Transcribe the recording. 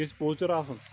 گژھہِ پوچر آسُن